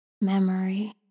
memory